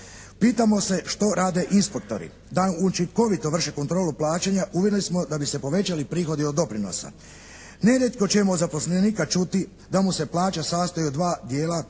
Pitamo se što rade inspektori? Da učinkovito vrše kontrolu plaćanja uvjereni smo da bi se povećali prihodi od doprinosa. Nerijetko ćemo od zaposlenika čuti da mu se plaća sastoji od dva dijela